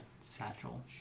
satchel